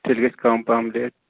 تیٚلہِ گژھِ کَم پَہم ریٹ